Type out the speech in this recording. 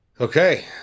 Okay